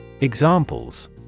Examples